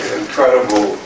incredible